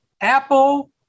Apple